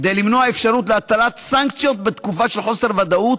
כדי למנוע אפשרות להטלת סנקציות בתקופה של חוסר ודאות,